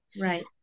Right